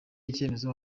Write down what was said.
icyemezo